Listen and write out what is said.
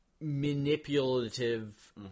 manipulative